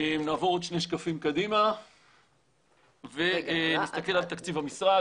נעבור עוד שני שקפים קדימה ונסתכל על תקציב המשרד.